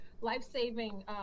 life-saving